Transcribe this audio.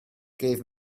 gave